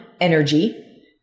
energy